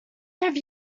have